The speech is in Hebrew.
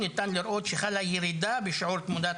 ניתן לראות שחלה ירידה בשיעור תמותת